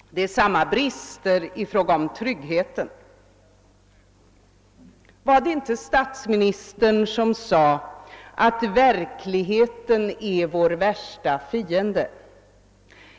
och det är samma brister när det gäller tryggheten. Var det inte statsministern som sade, att verkligheten är vår värsta fiende?